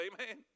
Amen